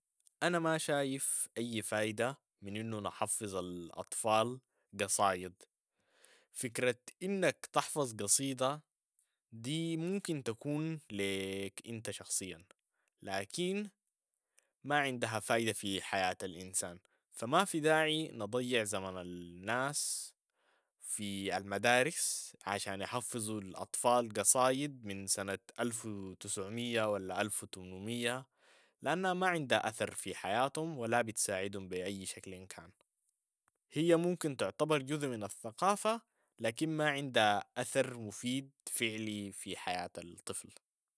أنا ما شايف أي فايدة من أنو نحفظ الأطفال قصايد. فكرة أنك تحفظ قصيدة دي ممكن تكون ليك أنت شخصيا، لكن ما عندها فايدة في حياة الإنسان، فما في داعي نضيع زمن الناس في المدارس عشان يحفظوا الأطفال قصايد من سنة الف و تسع مية ولا الف و تمنمية، لأنها ما عندها أثر في حياتهم ولا بتساعدهم بأي شكل كان، هي ممكن تعتبر جزء من الثقافة لكن ما عندها أثر مفيد فعلي في حياة الطفل.